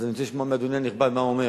אז אני רוצה לשמוע מאדוני הנכבד מה הוא אומר.